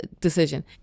decision